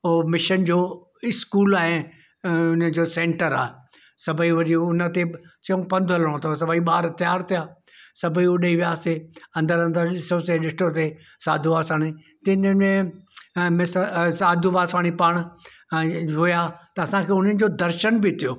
ओ mission जो school आहे अ हुनजो सेंटर आहे सभई वरी उन ते चयऊं पंधि हलिणो अथव सभई ॿार तयार थिया सभई ओॾे वियासीं अंदरि अंदरि ॾिसोसीं ॾिठोसीं साधू वासवाणी तिनि ॾींहनि में अ मिस्टर अ साधू वासवाणी पाण अए हुया त असांखे उन्हनि जो दर्शन बि थियो